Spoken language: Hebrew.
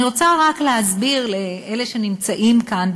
אני רוצה רק להסביר לאלה שנמצאים כאן,